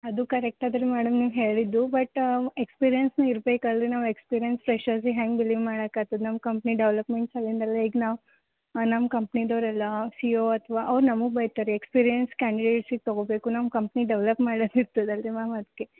ಅದು ಕರೆಕ್ಟ್ ಅದ ರೀ ಮೇಡಮ್ ನೀವು ಹೇಳಿದ್ದು ಬಟ್ ಎಕ್ಸ್ಪೀರಿಯನ್ಸ್ನೂ ಇರಬೇಕಲ್ರೀ ನಾವು ಎಕ್ಸ್ಪೀರಿಯನ್ಸ್ ಫ್ರೆಶರ್ಸ್ಗೆ ಹ್ಯಾಂಗೆ ಬಿಲೀವ್ ಮಾಡಕಾತದೆ ನಮ್ಮ ಕಂಪ್ನಿ ಡೆವಲಪ್ಮೆಂಟ್ ಸಲಿಂದಲ್ಲೇ ಈಗ ನಾವು ನಮ್ ಕಂಪ್ನಿದವ್ರು ಎಲ್ಲ ಸಿ ಓ ಅಥವಾ ಅವ್ರು ನಮಗ ಬೈತಾರೀ ಎಕ್ಸ್ಪೀರಿಯನ್ಸ್ ಕ್ಯಾಂಡಿಡೇಟ್ಸಿಗೆ ತಗೋಬೇಕು ನಮ್ಮ ಕಂಪ್ನಿ ಡೆವಲಪ್ ಮಾಡೋದ್ ಇರ್ತದಲ್ಲ ರಿ ಮ್ಯಾಮ್ ಅದಕ್ಕೆ